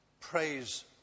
Praise